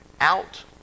out